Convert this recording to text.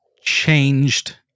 changed